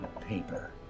paper